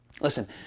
Listen